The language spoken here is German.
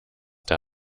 der